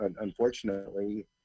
unfortunately